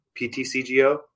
PTCGO